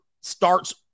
starts